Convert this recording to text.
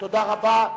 תודה רבה.